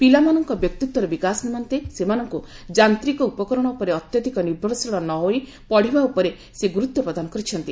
ପିଲାମାନଙ୍କ ବ୍ୟକ୍ତିତ୍ୱର ବିକାଶ ନିମନ୍ତେ ସେମାନଙ୍କୁ ଯାନ୍ତିକ ଉପକରଣ ଉପରେ ଅତ୍ୟଧିକ ନିର୍ଭରଶୀଳ ନ ହୋଇ ପଢିବା ଉପରେ ସେ ଗୁରୁତ୍ୱ ପ୍ରଦାନ କରିଛନ୍ତି